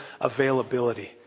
availability